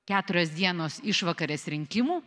keturios dienos išvakarės rinkimų